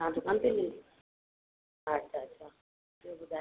तां दुकान ते ई मिल अच्छा अच्छा ॿियो ॿुधायो